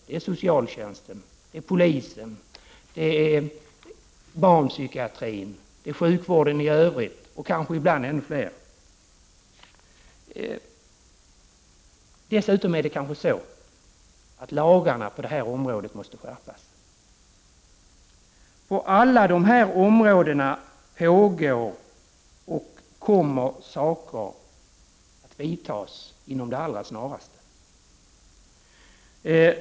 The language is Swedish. Det är socialtjänsten, polisen, barnpsykiatrin, sjukvården i övrigt och kanske ibland ännu fler. Dessutom är det kanske så att lagarna på det här området måste skärpas. På alla de här områdena pågår saker och kommer åtgärder att vidtas med det allra snaraste.